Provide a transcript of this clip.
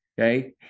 Okay